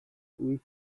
wish